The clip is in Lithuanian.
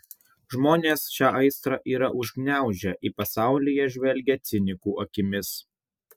žmonės šią aistrą yra užgniaužę į pasaulį jie žvelgia cinikų akimis